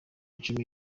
icumi